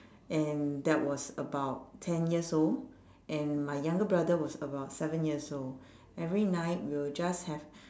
and that was about ten years old and my younger brother was about seven years old every night we would just have